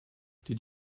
did